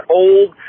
old